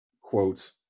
quote